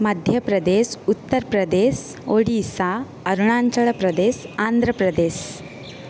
मध्यप्रदेशः उत्तरप्रदेशः ओडिसा अरुणाचलप्रदेशः आन्ध्रप्रदेशः